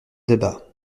debat